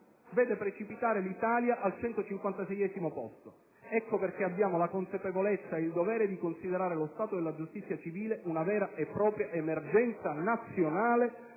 vede precipitare l'Italia al 156° posto. Ecco perché abbiamo la consapevolezza e il dovere di considerare lo stato della giustizia civile una vera e propria emergenza nazionale,